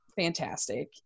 fantastic